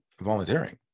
volunteering